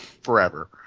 forever